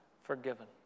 forgiven